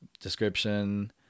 Description